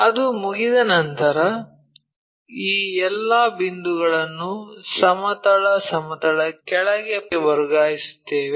ಅದು ಮುಗಿದ ನಂತರ ಈ ಎಲ್ಲಾ ಬಿಂದುಗಳನ್ನು ಸಮತಲ ಸಮತಲಕ್ಕೆ ಕೆಳಗೆ ವರ್ಗಾಯಿಸುತ್ತೇವೆ